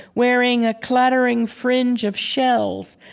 wearing a clattering fringe of shells,